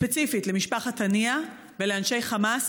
ספציפית למשפחת הנייה ולאנשי חמאס,